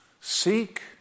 Seek